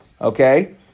Okay